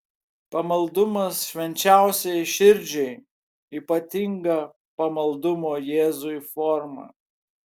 pamaldumas švenčiausiajai širdžiai ypatinga pamaldumo jėzui forma